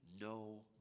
no